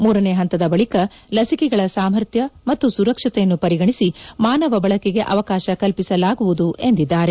ಮೂರನೇ ಪಂತದ ಬಳಿಕ ಲಸಿಕೆಗಳ ಸಾಮರ್ಥ್ಯ ಮತ್ತು ಸುರಕ್ಷತೆಯನ್ನು ಪರಿಗಣಿಸಿ ಮಾನವ ಬಳಕೆಗೆ ಅವಕಾಶ ಕಲ್ಪಿಸಲಾಗುವುದು ಎಂದಿದ್ದಾರೆ